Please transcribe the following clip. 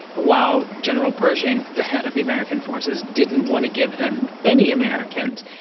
while general pershing, the head of the american forces, didn't want to give them any americans,